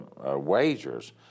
Wagers